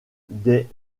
des